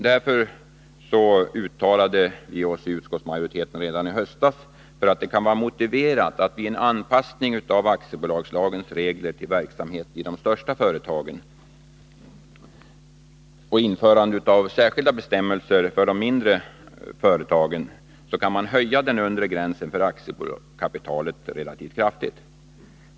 Därför uttalade utskottsmajoriteten redan i höstas att det kan vara motiverat att man vid en anpassning av aktiebolagslagens regler till verksamheten i de största företagen och införande av särskilda regler för de mindre företagen kan höja den undre gränsen för aktiekapitalet relativt kraftigt.